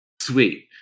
sweet